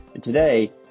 Today